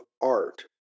art